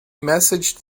messaged